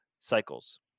cycles